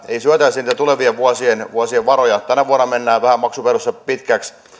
ei syötäisi niitä tulevien vuosien vuosien varoja tänä vuonna menee vähän maksuperuste pitkäksi